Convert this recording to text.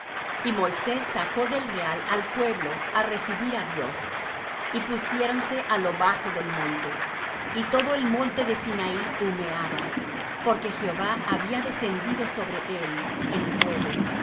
y moisés sacó del real al pueblo á recibir á dios y pusiéronse á lo bajo del monte y todo el monte de sinaí humeaba porque jehová había descendido sobre él en fuego y